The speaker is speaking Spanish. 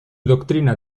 doctrina